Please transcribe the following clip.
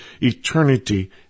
eternity